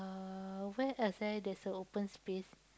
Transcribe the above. uh where else eh there's a open space